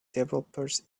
developers